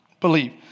believe